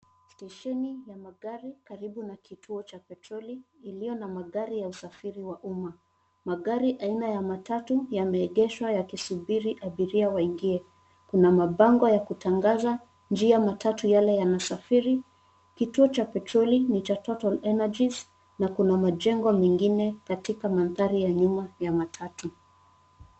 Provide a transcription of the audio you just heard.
Stesheni ya magari karibu na kituo cha petroli iliyo na magari ya usafiri wa umma. Magari aina ya matatu yameegeshwa yakisubiri abiria waingie. Kuna mabango yakutangaza njia matatu yale yanasafiri. Kituo cha petroli ni cha Total Energies na kuna majengo mengine katika mandhari ya nyuma ya matatu.